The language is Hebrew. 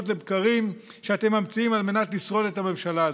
לבקרים שאתם ממציאים על מנת לשרוד את הממשלה הזאת.